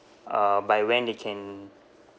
uh by when they can